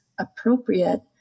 appropriate